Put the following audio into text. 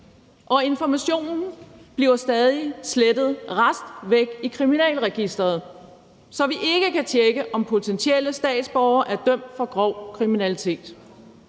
Og informationen bliver stadig slettet raskvæk i Kriminalregisteret, så vi ikke kan tjekke, om potentielle statsborgere er dømt for grov kriminalitet.